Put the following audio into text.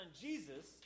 Jesus